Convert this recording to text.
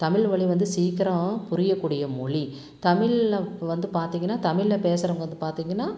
தமிழ்மொலி வந்து சீக்கிரம் புரியக்கூடிய மொழி தமிழ்ல இப்போ வந்து பார்த்திங்கன்னா தமிழ்ல பேசுகிறவங்க வந்து பார்த்திங்கன்னா